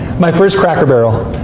my first cracker barrel.